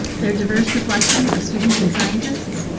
their diverse reflections of students and scientists,